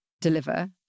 deliver